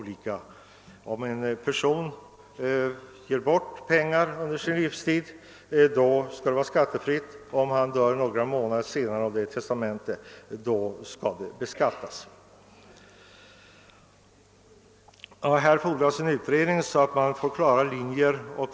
Det finns ingen konsekvens häri. Det fordras en utredning så att man får klarare linjer.